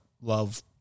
love